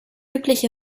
übliche